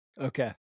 okay